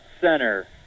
center